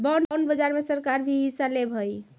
bond बाजार में सरकार भी हिस्सा लेवऽ हई